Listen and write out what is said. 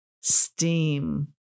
steam